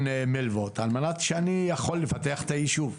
מלוות על מנת שאני אוכל לפתח את היישוב.